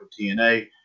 TNA